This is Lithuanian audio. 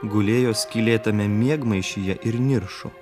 gulėjo skylėtame miegmaišyje ir niršo